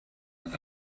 and